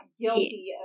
guilty